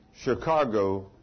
Chicago